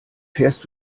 fährst